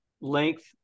length